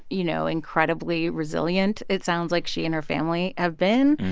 you know, incredibly resilient it sounds like she and her family have been,